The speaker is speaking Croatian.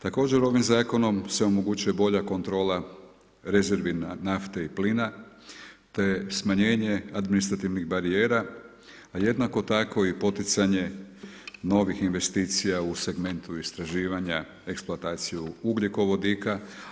Također ovim zakonom se omogućuje bolja kontrola rezervi nafte i plina te smanjenje administrativnih barijera, a jednako tako i poticanje novih investicija u segmentu istraživanja eksploataciju ugljikovodika.